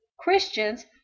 Christians